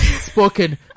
Spoken